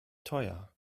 teuer